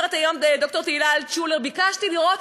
אומרת היום ד"ר תהילה אלטשולר: ביקשתי לראות